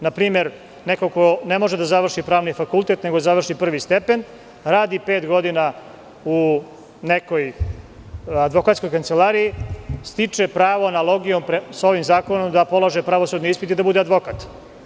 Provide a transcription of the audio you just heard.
Na primer, neko ko ne može da završi Pravni fakultet nego završi prvi stepen, radi pet godina u nekoj advokatskoj kancelariji, stiče pravo analogijom sa ovim zakonom da polaže pravosudni ispit i da bude advokat.